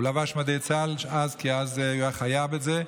הוא לבש מדי צה"ל, כי אז הוא היה חייב את זה,